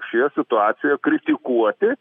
šioje situacijoje kritikuoti